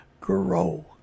grow